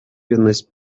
примет